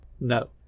No